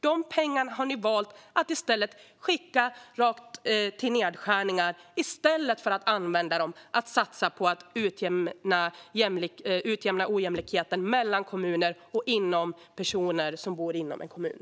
Dessa pengar har ni valt att i stället skicka rakt till nedskärningar i stället för att använda dem till satsningar för att utjämna ojämlikheter mellan kommuner och mellan personer inom samma kommun.